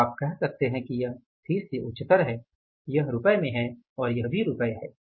तो आप कह सकते हैं कि यह फिर से उच्चतर है यह रुपये है और यह भी रुपये है